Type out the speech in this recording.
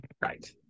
Right